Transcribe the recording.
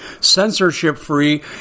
censorship-free